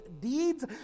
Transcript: deeds